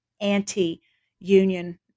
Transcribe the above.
anti-union